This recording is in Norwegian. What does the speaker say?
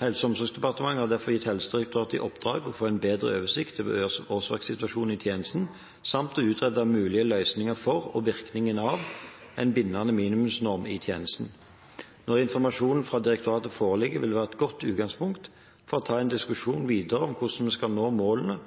Helse- og omsorgsdepartementet har derfor gitt Helsedirektoratet i oppdrag å få en bedre oversikt over årsverkssituasjonen i tjenesten samt å utrede mulige løsninger for, og virkninger av, en bindende minimumsnorm i tjenesten. Når informasjonen fra direktoratet foreligger, vil det være et godt utgangspunkt for å ta en diskusjon videre om hvordan vi kan nå målene